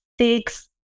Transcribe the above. six